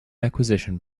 acquisition